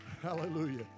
Hallelujah